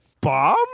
bomb